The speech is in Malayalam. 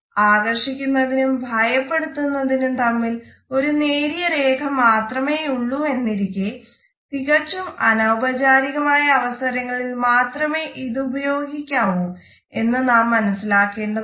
ആകർഷിക്കുന്നതിനും ഭയപ്പെടുത്തുന്നതിനും തമ്മിൽ ഒരു നേരിയ രേഖ മാത്രമേയുള്ളൂ എന്നിരിക്കെ തികച്ചും അനൌപചാരികമായ അവസരങ്ങളിൽ മാത്രമേ ഇത് ഉപയോഗിക്കാവൂ എന്ന് നാം മനസ്സിലാക്കേണ്ടതാണ്